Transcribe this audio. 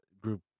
group